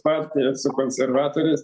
partija su konservatoriais